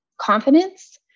confidence